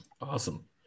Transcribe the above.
Awesome